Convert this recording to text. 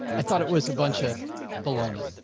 i thought it was a bunch of baloney.